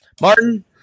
Martin